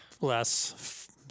less